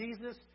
Jesus